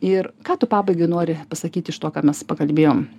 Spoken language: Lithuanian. ir ką tu pabaigai nori pasakyti iš to ką mes pakalbėjom